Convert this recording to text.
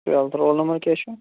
twelfth roll number کیٛاہ چھُ